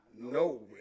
No